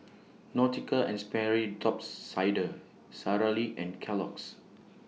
Nautica and Sperry Top Sider Sara Lee and Kellogg's